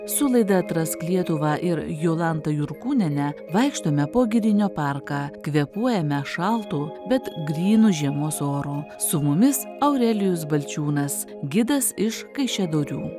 su laida atrask lietuvą ir jolanta jurkūniene vaikštome po girinio parką kvėpuojame šaltu bet grynu žiemos oru su mumis aurelijus balčiūnas gidas iš kaišiadorių